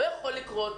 זה לא יכול לקרות,